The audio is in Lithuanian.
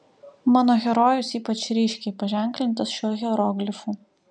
mano herojus ypač ryškiai paženklintas šiuo hieroglifu